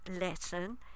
lesson